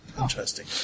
Interesting